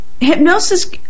Hypnosis